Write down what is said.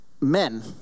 Men